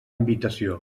invitació